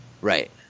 Right